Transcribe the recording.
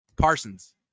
Parsons